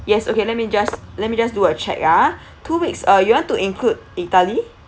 yes okay let me just let me just do a check ah two weeks uh you want to include italy